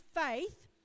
faith